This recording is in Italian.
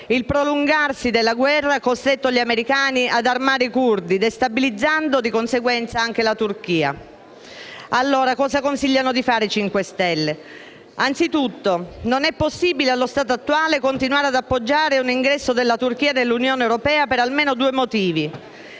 Il prolungarsi della guerra ha costretto gli americani ad armare i curdi, destabilizzando di conseguenza anche la Turchia. Allora cosa consigliano di fare i 5 Stelle? Anzitutto, allo stato attuale non è possibile continuare ad appoggiare un ingresso della Turchia nell'Unione europea per almeno due motivi: